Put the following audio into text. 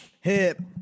hip